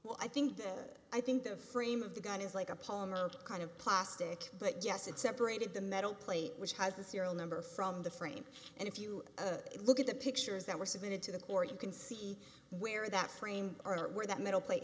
well i think i think the frame of the gun is like a polymer kind of plastic but yes it separated the metal plate which has the serial number from the frame and if you look at the pictures that were submitted to the court you can see where that frame or where that metal plate